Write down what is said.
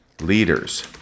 leaders